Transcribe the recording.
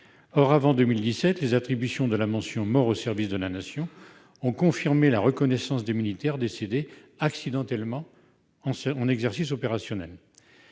Or, avant 2017, les attributions de la mention « mort pour le service de la Nation » ont confirmé la reconnaissance des militaires décédés « accidentellement » lors d'exercices opérationnels.